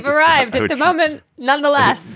arrived to develop it nonetheless